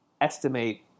estimate